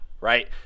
right